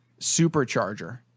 supercharger